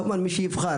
כמובן מי שיבחר.